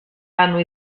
hanno